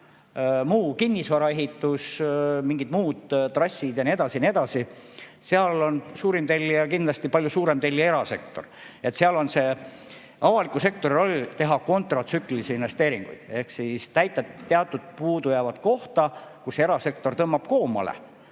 Muu kinnisvaraehitus, mingid muud trassid ja nii edasi – seal on suurim tellija kindlasti, palju suurem tellija erasektor. Seal on avaliku sektori roll teha kontratsüklilisi investeeringuid ehk täita teatud puudujäävat kohta, kus erasektor tõmbab koomale.